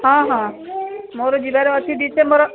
ହଁ ହଁ ମୋର ଯିବାର ଅଛି ଡିସେମ୍ବର